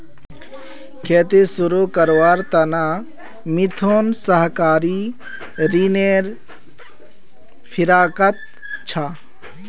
खेती शुरू करवार त न मिथुन सहकारी ऋनेर फिराकत छ